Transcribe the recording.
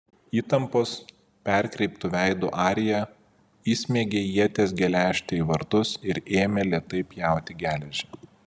įtampos perkreiptu veidu arija įsmeigė ieties geležtę į vartus ir ėmė lėtai pjauti geležį